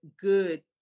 good